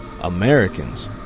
Americans